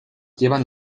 llevan